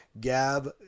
Gab